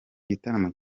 gitaramo